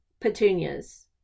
petunias